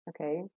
okay